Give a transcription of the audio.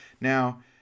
now